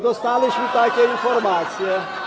Dostaliśmy takie informacje.